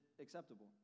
acceptable